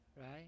right